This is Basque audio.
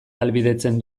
ahalbidetzen